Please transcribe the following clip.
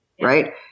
right